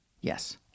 Yes